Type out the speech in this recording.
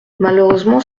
malheureusement